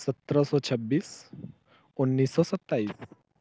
सत्रह सौ छबीस उन्नीस सौ सताइस